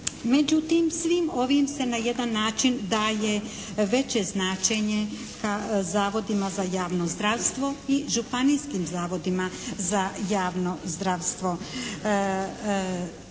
Međutim, svim ovim se na jedan način daje veće značenje Zavodima za javno zdravstvo i Županijskim zavodima za javno zdravstvo.